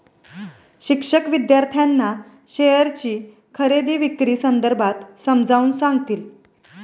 शिक्षक विद्यार्थ्यांना शेअरची खरेदी विक्री संदर्भात समजावून सांगतील